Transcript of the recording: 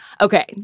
Okay